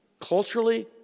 Culturally